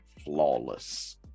flawless